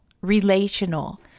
relational